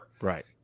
Right